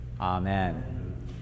amen